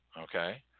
Okay